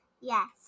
Yes